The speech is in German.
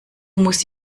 muss